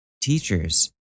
teachers